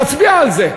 נצביע על זה.